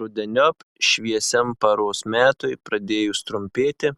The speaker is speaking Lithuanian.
rudeniop šviesiam paros metui pradėjus trumpėti